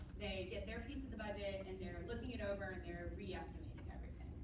they get their piece of the budget, and they're looking it over, and they're re-estimating everything.